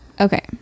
okay